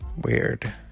weird